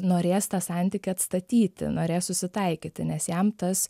norės tą santykį atstatyti norės susitaikyti nes jam tas